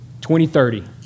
2030